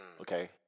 Okay